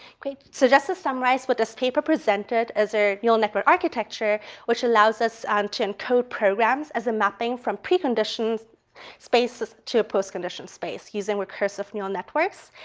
okay. so just to summarize what this paper presented, is a neural network architecture which allows us and to encode programs as a mapping from precondition spaces to a postcondition space, using recursive neural networks.